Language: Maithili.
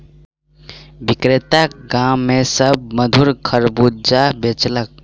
विक्रेता गाम में सभ के मधुर खरबूजा बेचलक